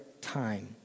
time